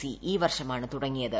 C ഈ വർഷമാണ് തുടങ്ങിയത്